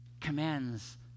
Commands